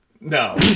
No